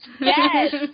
Yes